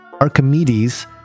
Archimedes